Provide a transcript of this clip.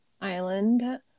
island